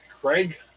Craig